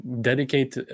dedicate